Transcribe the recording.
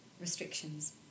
restrictions